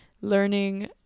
learning